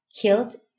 killed